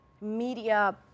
media